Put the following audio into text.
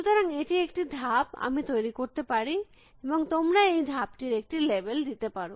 সুতরাং এটি একটি ধাপ আমি তৈরী করতে পারি এবং তোমরা এই ধাপ টির একটি লেবেল দিতে পারো